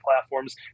platforms